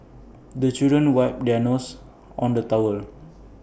the children wipe their noses on the towel